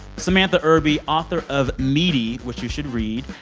samantha irby, author of meaty, which you should read.